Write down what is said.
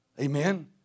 Amen